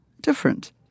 different